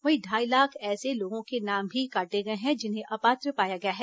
वहीं ढाई लाख ऐसे लोगों के नाम भी काटे गए हैं जिन्हे अपात्र पाया गया है